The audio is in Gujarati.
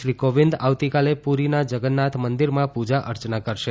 શ્રી કોવિદ આવતીકાલે પૂરીના જગન્નાથ મંદિરમાં પૂજા અર્ચના કરશે